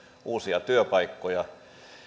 uusia työpaikkoja